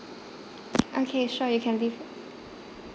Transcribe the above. okay sure you can leave